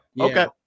Okay